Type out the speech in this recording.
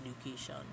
education